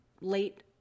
late